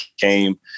came